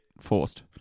forced